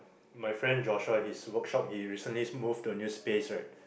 my friend Joshua his workshop he recently move to a new space right